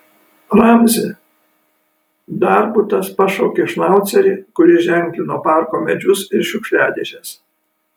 ramzi darbutas pašaukė šnaucerį kuris ženklino parko medžius ir šiukšliadėžes